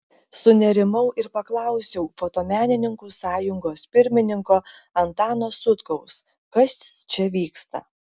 sunerimau ir paklausiau fotomenininkų sąjungos pirmininko antano sutkaus kas čia vyksta